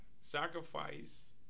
Sacrifice